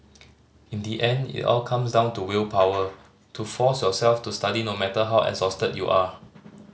in the end it all comes down to willpower to force yourself to study no matter how exhausted you are